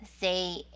say